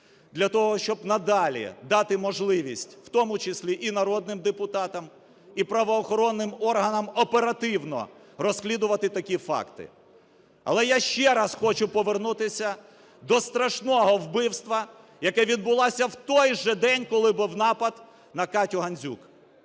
для того щоб надалі дати можливість, в тому числі і народним депутатам, і правоохоронним органам оперативно, розслідувати такі факти. Але я ще раз хочу повернутися до страшного вбивства, яке відбулося в той же день, коли був напад на Катю Гандзюк: